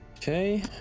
Okay